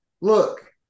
Look